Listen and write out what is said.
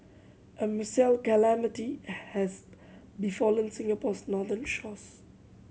a calamity has befallen Singapore's northern shores